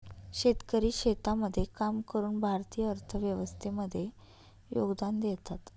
शेतकरी शेतामध्ये काम करून भारतीय अर्थव्यवस्थे मध्ये योगदान देतात